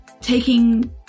taking